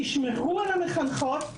תשמרו על המחנכות,